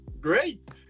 Great